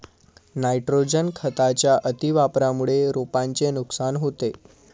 nitrogen खताच्या अतिवापरामुळे रोपांचे नुकसान होते